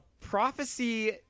prophecy